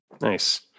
nice